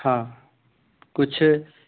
हाँ कुछ